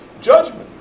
Judgment